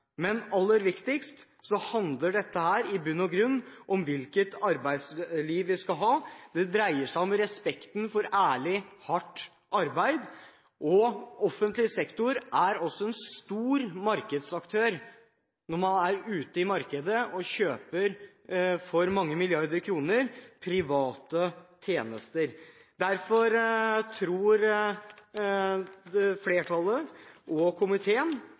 Men aller mest handler dette om hvilket arbeidsliv vi skal ha. Det dreier seg om respekten for ærlig, hardt arbeid. Offentlig sektor er også en stor markedsaktør som kjøper private tjenester for mange milliarder kroner. Derfor tror flertallet i komiteen at dette vil være et viktig bidrag for å sikre at vi etterlever det